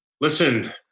Listen